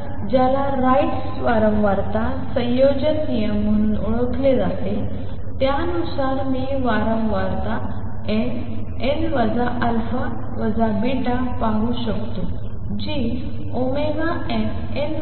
तर ज्याला राइट्स वारंवारता संयोजन नियम म्हणून ओळखले जाते त्यानुसार मी वारंवारता nn α β पाहू शकतो जी nn αn